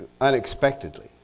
unexpectedly